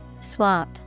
Swap